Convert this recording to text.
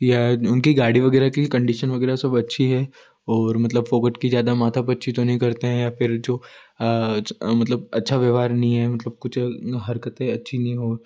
या उनकी गाड़ी वगैरह की कंडीशन वगैरह सब अच्छी है और मतलब फ़ोकट की ज़्यादा माथा पच्ची तो नहीं करते हैं या फिर जो मतलब अच्छा व्यवहार नहीं है मतलब कुछ हरकतें अच्छी नहीं हों